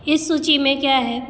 इस सूची में क्या है